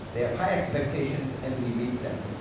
they have high expectations, and we meet them.